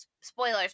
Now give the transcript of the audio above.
spoilers